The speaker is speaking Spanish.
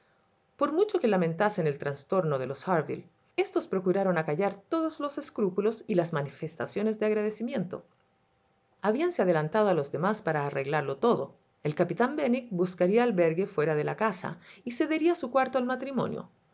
por mucho que lamentasen el trastorno de los harville éstos procuraron acallar todos los escrúpulos y las manifestaciones de agradecimiento habíanse adelantado a los demás para arreglarlo todo el capitán benwick buscaría albergue fuera de la casa y cedería su cuarto al matrimonio